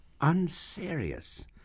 unserious